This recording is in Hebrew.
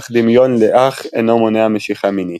אך דמיון לאח אינו מונע משיכה מינית.